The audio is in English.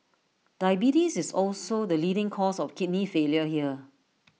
diabetes is also the leading cause of kidney failure here